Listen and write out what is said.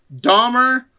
Dahmer